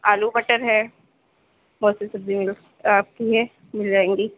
آلو بٹر ہے بہت سی سبزی آپ کی ہے مل جائیں گی